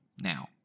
now